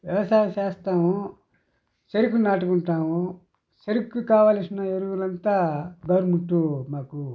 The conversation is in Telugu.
వ్యవసాయం చేస్తాము చెరుకు నాటుకుంటాము చెరుకుకి కావలసిన ఎరువులంతా గవర్నమెంట్ మాకు